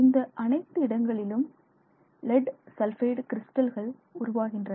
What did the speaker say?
இந்த அனைத்து இடங்களிலும் லெட் சல்பைடு கிறிஸ்டல்கள் உருவாகின்றன